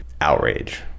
outrage